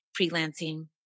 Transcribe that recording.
freelancing